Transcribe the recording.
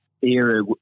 era